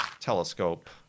telescope